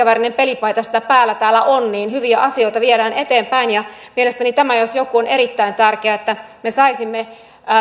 värinen pelipaita sitä päällä täällä on hyviä asioita viedään eteenpäin mielestäni tämä jos joku on erittäin tärkeää että me saisimme